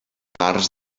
dimarts